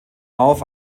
auf